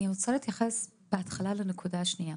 אני רוצה להתייחס קודם לנקודה השנייה.